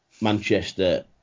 Manchester